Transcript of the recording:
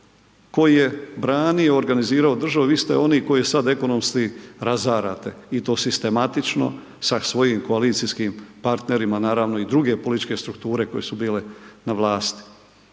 koji je branio, organizirao državu, vi ste oni koji sad ekonomski razarate i to sistematično, sa svojim koalicijskim partnerima, naravno i druge političke strukture koje su bile na vlasti.